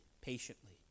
patiently